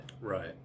Right